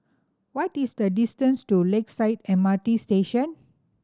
what is the distance to Lakeside M R T Station